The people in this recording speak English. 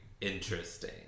interesting